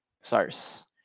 SARS